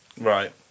Right